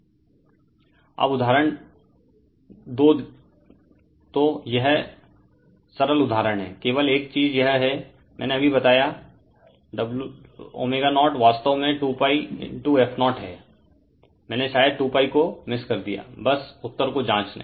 Refer Slide Time 0451 अब उदाहरण 2 तो यह सरल उदाहरण है केवल एक चीज यह है मैंने अभी बताया रेफेर टाइम 0435 ω0 वास्तव में 2πf0 है मैंने शायद 2π को मिस कर दिया बस उत्तर को जांच लें